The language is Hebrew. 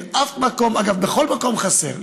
אין שום מקום, אגב, בכל מקום חסר.